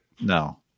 No